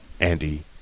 Andy